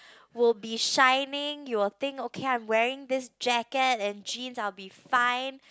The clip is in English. will be shinning you'll think okay I'm wearing this jacket and jeans I'll be fine